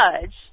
judge